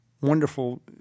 wonderful